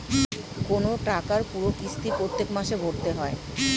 কোন টাকার পুরো কিস্তি প্রত্যেক মাসে ভরতে হয়